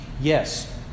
Yes